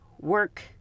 work